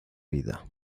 vida